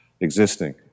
existing